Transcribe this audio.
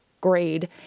grade